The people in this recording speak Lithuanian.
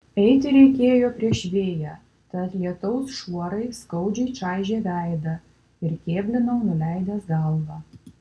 eiti reikėjo prieš vėją tad lietaus šuorai skaudžiai čaižė veidą ir kėblinau nuleidęs galvą